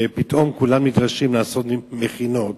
ופתאום כולם נדרשים לעשות מכינות.